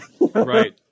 Right